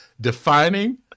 defining